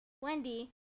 Wendy